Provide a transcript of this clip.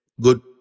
good